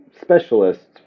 specialists